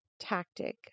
tactic